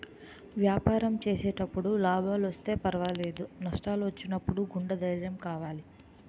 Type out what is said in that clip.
వ్యాపారం చేసేటప్పుడు లాభాలొస్తే పర్వాలేదు, నష్టాలు వచ్చినప్పుడు గుండె ధైర్యం కావాలి